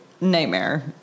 Nightmare